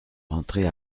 rentré